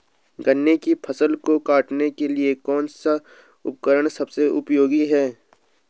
गन्ने की फसल को काटने के लिए कौन सा उपकरण सबसे उपयोगी है?